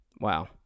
Wow